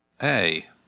Hey